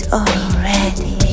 already